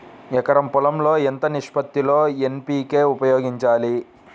ఎకరం పొలం లో ఎంత నిష్పత్తి లో ఎన్.పీ.కే ఉపయోగించాలి?